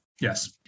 Yes